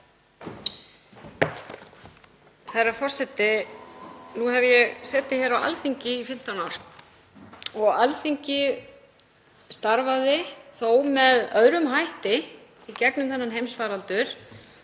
Herra forseti. Nú hef ég setið hér á Alþingi í 15 ár og Alþingi starfaði með öðrum hætti í gegnum þennan heimsfaraldur